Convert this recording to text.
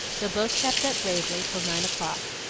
though both kept up bravely till nine o'clock,